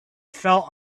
felt